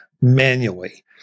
manually